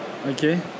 Okay